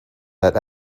that